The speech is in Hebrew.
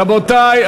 רבותי,